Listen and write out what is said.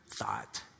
thought